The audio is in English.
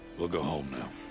we'll go home now.